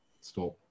stop